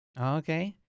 Okay